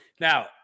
Now